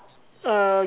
uh